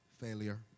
Failure